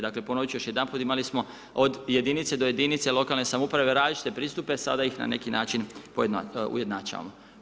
Dakle, ponovit ću još jedanput, imali smo od jedinice do jedinice lokalne samouprave različite pristupe, sada ih na neki način ujednačavamo.